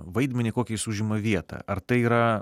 vaidmenį kokį jis užima vietą ar tai yra